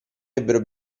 ebbero